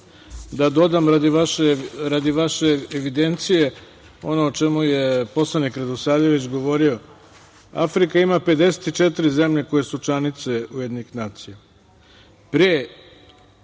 da dodam, radi vaše evidencije, ono o čemu je poslanik Radosavljević govorio – Afrika ima 54 zemlje koje su članice Ujedinjenih nacija.